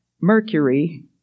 Mercury